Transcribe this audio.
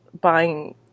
buying